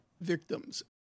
victims